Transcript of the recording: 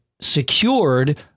secured